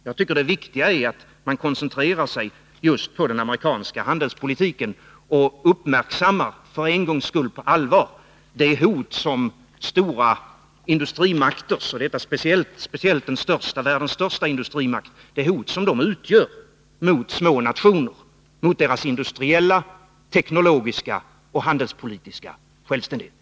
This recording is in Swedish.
Jag tycker att det viktiga är att man koncentrerar sig på den amerikanska handelspolitiken och för en gångs skull på allvar uppmärksammar det hot som speciellt världens största industrimakt utgör för små nationer och deras industriella, teknologiska och handelspolitiska självständighet.